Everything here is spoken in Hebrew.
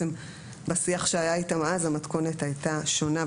בשיח שהיה איתם אז המתכונת הייתה שונה,